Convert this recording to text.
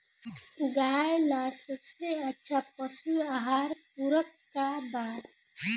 गाय ला सबसे अच्छा पशु आहार पूरक का बा?